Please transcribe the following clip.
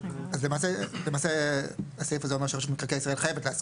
למעשה הסעיף הזה אומר שרשות מקרקעי ישראל חייבת להסכים.